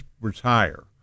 retire